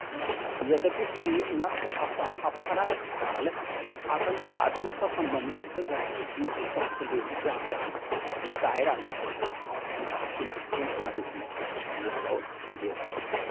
यद्यपि श्री नस्र अपन अपहरणक काल आतङ्कवादनसँ सम्बन्धित गतिविधिसभक लेल जाँचक दायरामे छलथि हुनका खिलाफ कोनो आरोप नहि लगाओल गेलैक